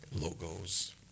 logos